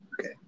Okay